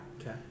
Okay